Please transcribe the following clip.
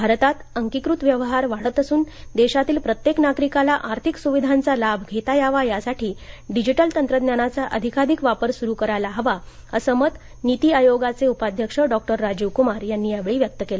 भारतात अंकीकृत व्यवहार वाढत असून देशातील प्रत्येक नागरिकाला आर्थिक सुविधांचा लाभ घेता यावा यासाठी डिजिटल तंत्रज्ञानाचा अधिकाधिक वापर सुरू करायला हवाअसं मत नीती आयोगाचे उपाध्यक्ष डॉक्टर राजीव कुमार यांनी व्यक्त केलं